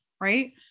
right